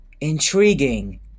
intriguing